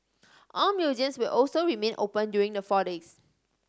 all museums will also remain open during the four days